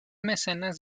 mecenas